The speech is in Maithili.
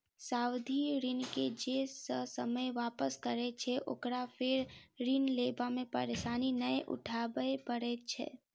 सावधि ऋण के जे ससमय वापस करैत छै, ओकरा फेर ऋण लेबा मे परेशानी नै उठाबय पड़ैत छै